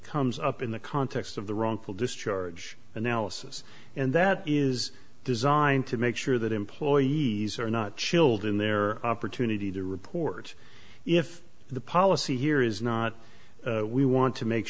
comes up in the context of the wrongful discharge analysis and that is designed to make sure that employees are not chilled in their opportunity to report if the policy here is not we want to make